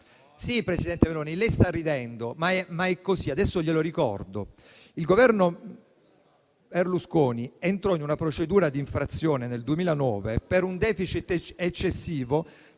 Sì, presidente Meloni, lei sta ridendo, ma è così; adesso glielo ricordo. Il Governo Berlusconi entrò in una procedura di infrazione, nel 2009, per un *deficit* eccessivo